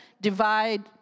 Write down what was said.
divide